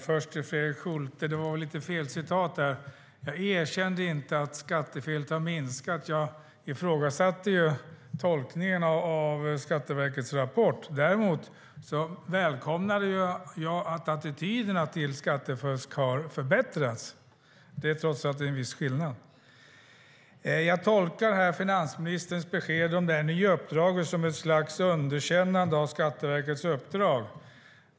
Herr talman! Det var lite felciterat där, Fredrik Schulte. Jag erkände inte att skattefelet har minskat; jag ifrågasatte tolkningen av Skatteverkets rapport. Däremot välkomnade jag att attityderna till skattefusk har förbättrats. Det är trots allt en viss skillnad. Jag tolkar finansministerns besked här om det nya uppdraget som ett slags underkännande av Skatteverkets uppdrag.